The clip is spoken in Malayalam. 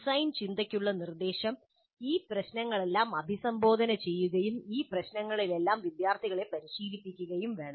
ഡിസൈൻ ചിന്തയ്ക്കുള്ള നിർദ്ദേശം ഈ പ്രശ്നങ്ങളെല്ലാം അഭിസംബോധന ചെയ്യുകയും ഈ പ്രശ്നങ്ങളിലെല്ലാം വിദ്യാർത്ഥികളെ പരിശീലിപ്പിക്കുകയും വേണം